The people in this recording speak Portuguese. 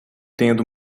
tendo